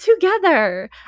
together